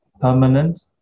permanent